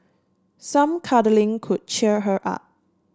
some cuddling could cheer her up